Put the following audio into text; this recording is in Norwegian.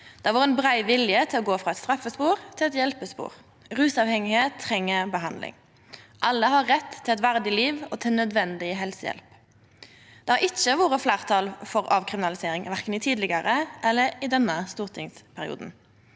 har vore ein brei vilje til å gå frå eit straffespor til eit hjelpespor. Rusavhengige treng behandling. Alle har rett til eit verdig liv og til nødvendig helsehjelp. Det har ikkje vore fleirtal for avkriminalisering, verken i tidlegare stortingsperiodar